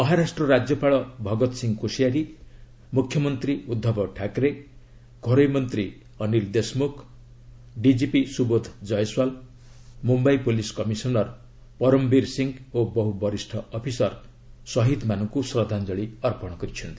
ମହାରାଷ୍ଟ୍ର ରାଜ୍ୟପାଳ ଭଗତ୍ ସିଂହ କୋଶିୟାରୀ ମ୍ରଖ୍ୟମନ୍ତ୍ରୀ ଉଦ୍ଧବ ଠାକ୍ରେ ଘରୋଇ ମନ୍ତ୍ରୀ ଅନିଲ୍ ଦେଶମୁଖ୍ ଡିକିପି ସୁବୋଧ ଜୟସ୍ୱାଲ୍ ମ୍ରମ୍ୟାଇ ପ୍ରଲିସ୍ କମିଶନର୍ ପରମ୍ବୀର ସିଂହ ଓ ବହ୍ର ବରିଷ୍ଣ ଅଫିସର ଶହୀଦ୍ମାନଙ୍କୁ ଶ୍ରଦ୍ଧାଞ୍ଜଳି ଅର୍ପଣ କରିଛନ୍ତି